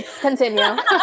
continue